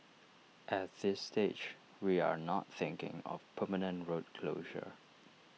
at this stage we are not thinking of permanent road closure